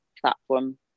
platform